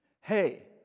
Hey